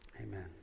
Amen